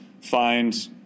find